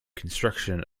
construction